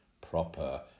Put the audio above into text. proper